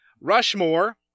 Rushmore